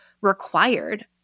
required